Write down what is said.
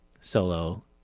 solo